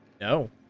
No